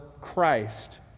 Christ